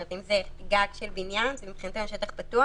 אם זה גג של בניין, מבחינתנו זה שטח פתוח.